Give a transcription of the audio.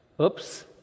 oops